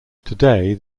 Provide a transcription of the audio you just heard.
today